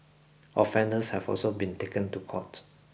offenders have also been taken to court